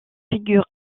figure